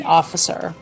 officer